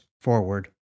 forward